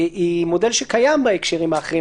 הוא מודל שקיים בהקשרים אחרים.